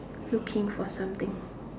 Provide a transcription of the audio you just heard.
looking for something